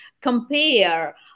compare